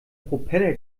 propeller